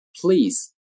please